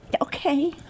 Okay